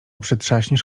przytrzaśniesz